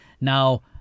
Now